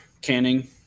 canning